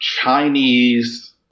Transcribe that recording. Chinese